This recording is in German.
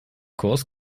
kurs